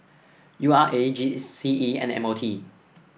U R A G C E and M O T